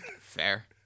Fair